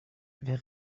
wer